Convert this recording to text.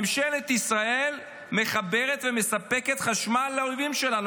ממשלת ישראל מחברת ומספקת חשמל לאויבים שלנו,